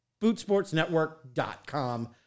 Bootsportsnetwork.com